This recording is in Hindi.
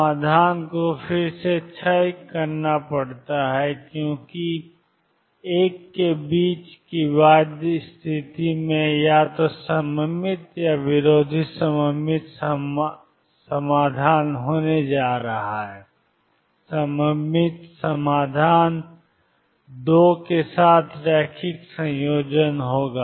समाधान को फिर से क्षय करना पड़ता है क्योंकि I के बीच की बाध्य स्थिति में या तो सममित या विरोधी सममित समाधान होने जा रहे हैं सममित समाधान दो के साथ रैखिक संयोजन होगा